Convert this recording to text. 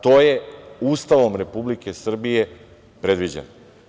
To je Ustavom Republike Srbije predviđeno.